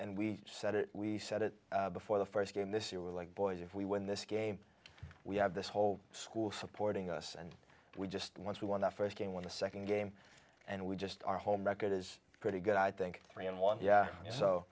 and we said it we said it before the st game this year we're like boys if we win this game we have this whole school supporting us and we just once we won that st game won the nd game and we just our home record is pretty good i think three and one yeah so